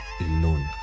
alone